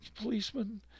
policemen